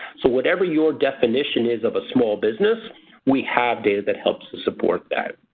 so whatever your definition is of a small business we have data that helps to support that.